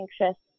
anxious